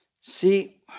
See